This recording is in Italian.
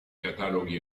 cataloghi